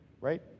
right